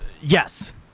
Yes